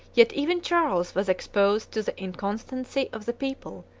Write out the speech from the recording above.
yet even charles was exposed to the inconstancy of the people,